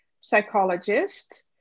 psychologist